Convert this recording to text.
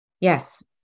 Yes